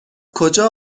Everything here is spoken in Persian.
کجا